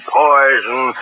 poison